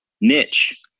niche